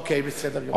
אוקיי, בסדר גמור.